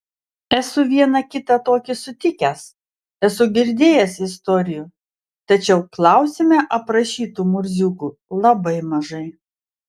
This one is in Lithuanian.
esu vieną kitą tokį sutikęs esu girdėjęs istorijų tačiau klausime aprašytų murziukų labai mažai